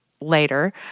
later